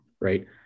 Right